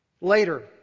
later